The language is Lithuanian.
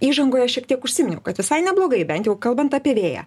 įžangoje šiek tiek užsiminiau kad visai neblogai bent jau kalbant apie vėją